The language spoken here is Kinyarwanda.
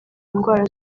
indwara